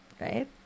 right